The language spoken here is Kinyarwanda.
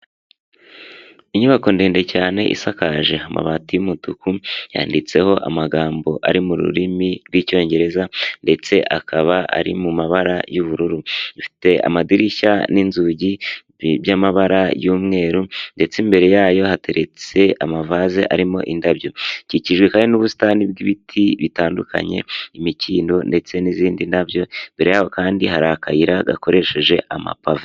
Inyubako ndende cyane isakaje amabati y'umutuku, yanditseho amagambo ari mu rurimi rw'icyongereza, ndetse akaba ari mu mabara y'ubururu. Ifite amadirishya n'inzugi bi by'amabara y'umweru, ndetse imbere yayo hateretse amavaze arimo indabyo, ikikijwe kandi n'ubusitani bw'ibiti bitandukanye imikindo, ndetse n'izindi ndabyo, imbere yaho kandi hari akayira gakoresheje amapave